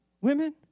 women